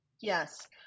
Yes